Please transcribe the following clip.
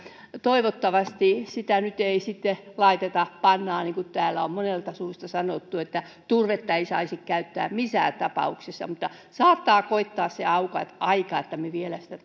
toivottavasti sitä nyt ei sitten laiteta pannaan niin kuin täällä on monesta suusta sanottu että turvetta ei saisi käyttää missään tapauksessa saattaa koittaa se aika että me vielä sitä